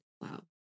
Wow